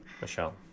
Michelle